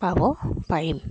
পাব পাৰি